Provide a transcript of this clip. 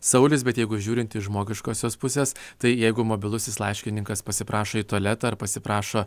saulius bet jeigu žiūrint iš žmogiškosios pusės tai jeigu mobilusis laiškininkas pasiprašo į tualetą ar pasiprašo